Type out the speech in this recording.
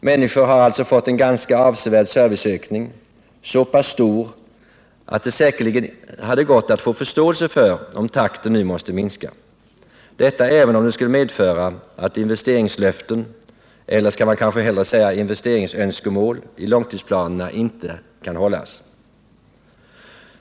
Människor har alltså fått en ganska avsevärd serviceökning, så - pass stor att det säkerligen hade gått att få förståelse för om takten nu måste minska — detta även om det skulle medföra att investeringslöften, eller skall man kanske hellre säga investeringsönskemål, i långtidsplanerna inte kan hållas.